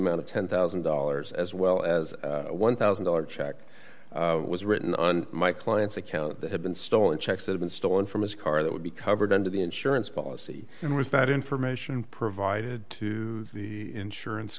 amount of ten thousand dollars as well as one thousand dollars check was written on my client's account had been stolen checks had been stolen from his car that would be covered under the insurance policy and was that information provided to the insurance